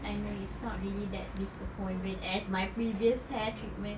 I know it's not really that disappointment as my previous hair treatment